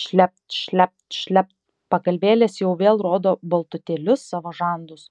šlept šlept šlept pagalvėlės jau vėl rodo baltutėlius savo žandus